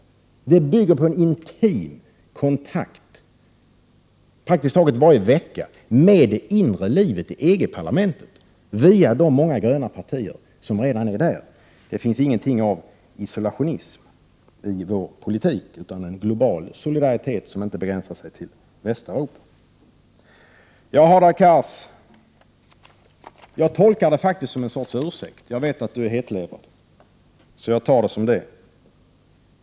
Vår uppfattning bygger på en intim kontakt, praktiskt taget varje vecka, med det inre livet i EG parlamentet via de många gröna partier som redan befinner sig där. Det finns ingenting av isolationism i vår politik, utan en global solidaritet som inte begränsar sig till Västeuropa. Jag tolkar det som Hadar Cars sade som något av en ursäkt. Jag vet att Hadar Cars är hetlevrad.